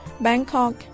Bangkok